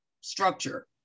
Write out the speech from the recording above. structure